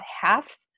half